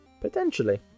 Potentially